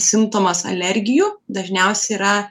simptomas alergijų dažniausiai yra